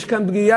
יש כאן פגיעה,